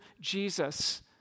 Jesus